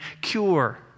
cure